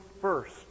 first